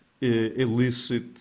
elicit